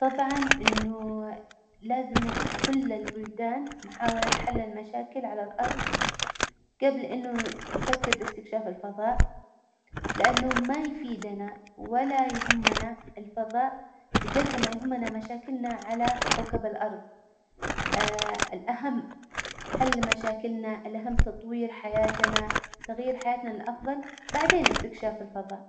طبعا إنه لازم كل البلدان محاولة حل المشاكل على الأرظ جبل إنه يفكر بإستكشاف الفظاء، لإنه ما يفيدنا ولا يهمنا الفظاء بجدر ما يهمنا مشاكلنا على كوكب الأرظ الأهم حل مشاكلنا، الأهم تطوير حياتنا، تغيير حياتنا للأفظل، بعدين إستكشاف الفظاء.